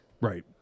Right